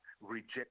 reject